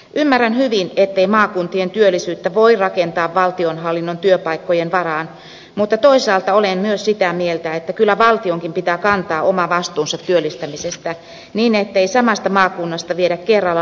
ymmärrän hyvin ettei maakuntien työllisyyttä voi rakentaa valtionhallinnon työpaikkojen varaan mutta toisaalta olen myös sitä mieltä että kyllä valtionkin pitää kantaa oma vastuunsa työllistämisestä niin ettei samasta maakunnasta viedä kerralla liikaa työpaikkoja